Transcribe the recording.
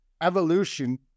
evolution